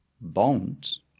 bonds